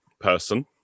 person